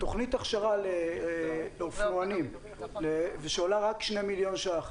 תוכנית הכשרה לאופנוענים שעולה רק שני מיליון שקלים,